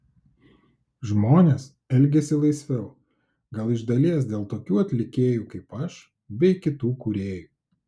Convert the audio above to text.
žmonės elgiasi laisviau gal iš dalies dėl tokių atlikėjų kaip aš bei kitų kūrėjų